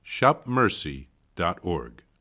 shopmercy.org